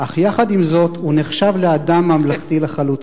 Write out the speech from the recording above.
אך יחד עם זאת הוא נחשב לאדם ממלכתי לחלוטין".